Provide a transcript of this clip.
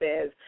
says